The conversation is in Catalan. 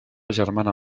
germana